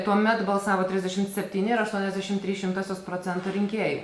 tuomet balsavo trisdešimt septyni ir aštuoniasdešimt trys šimtosios procento rinkėjų